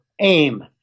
aim